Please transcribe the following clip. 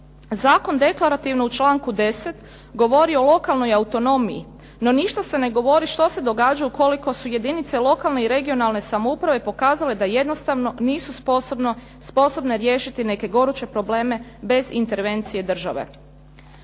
Zakon deklarativno u članku 10. govori o lokalnoj autonomiji. No, ništa se ne govori što se događa ukoliko su jedinice lokalne i regionalne samouprave pokazale da jednostavno nisu sposobne riješiti neke goruće probleme bez intervencije države.